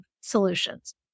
solutions